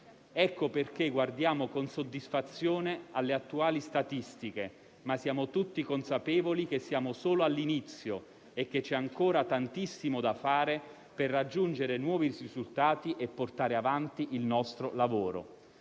Ecco perché guardiamo con soddisfazione alle attuali statistiche, ma siamo tutti consapevoli che siamo solo all'inizio e che c'è ancora tantissimo da fare per raggiungere nuovi risultati e portare avanti il nostro lavoro.